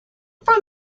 from